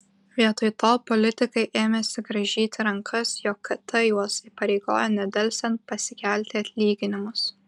vietoj to politikai ėmėsi grąžyti rankas jog kt juos įpareigojo nedelsiant pasikelti atlyginimus